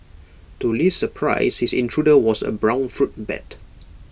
to Li's surprise his intruder was A brown fruit bat